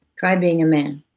try being a man.